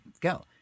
go